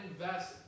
invest